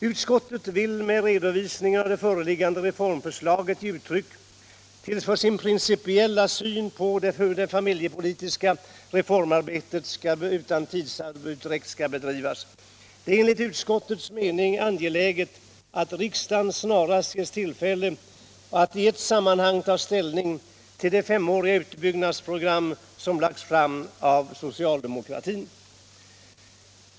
Utskottet vill med redovisningen av det föreliggande reformförslaget ge uttryck för sin principiella uppfattning om hur det familjepolitiska reformarbetet utan tidsutdräkt bör drivas vidare. Det är enligt utskottets mening angeläget att riksdagen snarast ges tillfälle att i ett sammanhang ta ställning till det femåriga utbyggnadsprogram som lagts fram av socialdemokraterna.